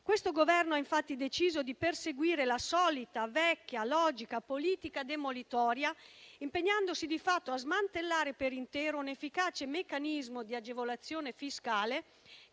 Questo Governo ha infatti deciso di perseguire la solita vecchia logica politica demolitoria, impegnandosi di fatto a smantellare per intero un efficace meccanismo di agevolazione fiscale